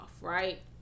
right